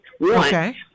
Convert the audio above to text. Okay